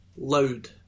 Loud